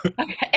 Okay